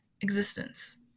existence